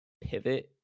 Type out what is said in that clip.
pivot